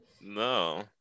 No